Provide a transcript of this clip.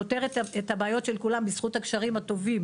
פותרת את הבעיות של כולם בזכות הקשרים הטובים